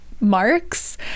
marks